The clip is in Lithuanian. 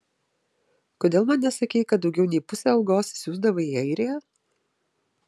kodėl man nesakei kad daugiau nei pusę algos siųsdavai į airiją